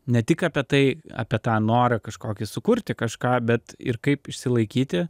ne tik apie tai apie tą norą kažkokį sukurti kažką bet ir kaip išsilaikyti